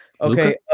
Okay